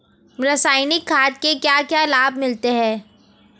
रसायनिक खाद के क्या क्या लाभ मिलते हैं?